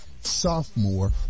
Sophomore